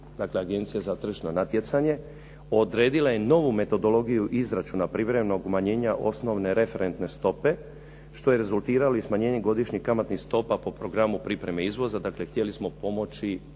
Agencija za tržišno natjecanje, odredila je novu metodologiju privremenog izračuna privremenog umanjenja osnovne referentne stope što je rezultiralo i smanjenjem godišnjih kamatnih stopa po programu pripreme izvoza, dakle htjeli smo pomoći